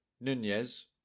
Nunez